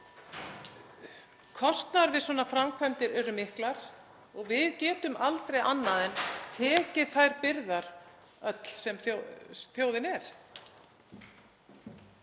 Kostnaður við svona framkvæmdir eru miklar og við getum aldrei annað en tekið þær byrðar, öll þjóðin.